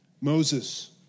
Moses